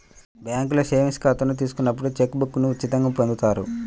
బ్యేంకులో సేవింగ్స్ ఖాతాను తీసుకున్నప్పుడు చెక్ బుక్ను ఉచితంగా పొందుతారు